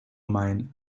mine